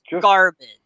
garbage